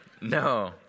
No